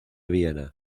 viena